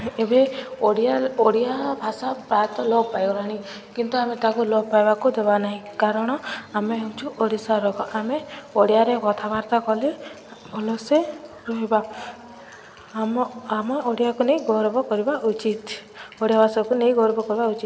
ଏବେ ଓଡ଼ିଆ ଓଡ଼ିଆ ଭାଷା ପ୍ରାୟତଃ ଲୋପ ପାଇଗଲାଣି କିନ୍ତୁ ଆମେ ତାକୁ ଲୋପ ପାଇବାକୁ ଦେବା ନାହିଁ କାରଣ ଆମେ ହେଉଛୁ ଓଡ଼ିଶା ଲୋକ ଆମେ ଓଡ଼ିଆରେ କଥାବାର୍ତ୍ତା କଲେ ଭଲରେ ରହିବା ଆମେ ଆମ ଓଡ଼ିଆକୁ ନେଇ ଗୌରବ କରିବା ଉଚିତ୍ ଓଡ଼ିଆ ଭାଷାକୁ ନେଇ ଗର୍ବ କରିବା ଉଚିତ୍